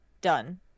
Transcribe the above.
done